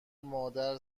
مادر